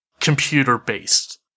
computer-based